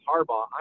Harbaugh